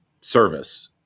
service